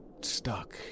stuck